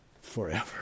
forever